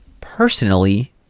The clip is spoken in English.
personally